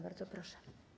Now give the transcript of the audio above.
Bardzo proszę.